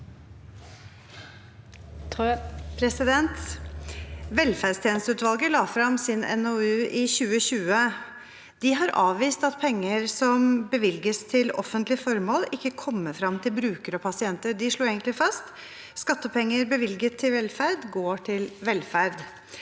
Velferds- tjenesteutvalget la frem sin NOU i 2020. De har avvist at penger som bevilges til offentlige formål, ikke kommer frem til brukere og pasienter. De slo egentlig fast: Skattepenger bevilget til velferd går til velferd.